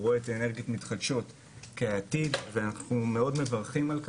הוא רואה את האנרגיות המתחדשות כעתיד ואנחנו מאוד מברכים על כך,